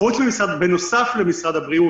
בנוסף למשרד הבריאות,